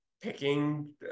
picking